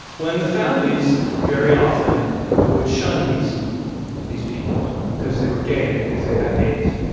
when the families very often would shun these these people because they were gay and because they had aids.